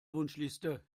wunschliste